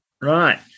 Right